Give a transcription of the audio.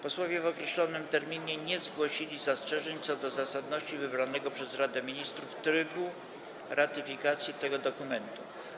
Posłowie w określonym terminie nie zgłosili zastrzeżeń co do zasadności wybranego przez Radę Ministrów trybu ratyfikacji tego dokumentu.